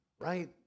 Right